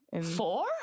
Four